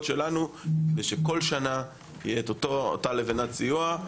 שלנו כדי שבכל שנה תהיה אותה לבנת סיוע.